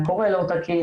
הקורא לא תקין,